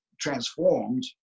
transformed